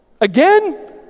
Again